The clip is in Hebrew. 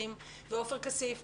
עופר כסיף ואחרים,